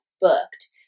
booked